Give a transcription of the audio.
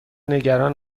نگران